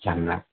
सम्यक्